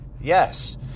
Yes